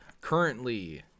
Currently